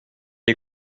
est